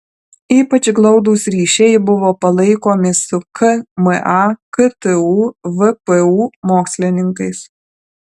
ypač glaudūs ryšiai buvo palaikomi su kma ktu vpu mokslininkais